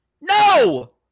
No